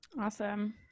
Awesome